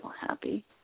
happy